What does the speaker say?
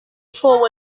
fou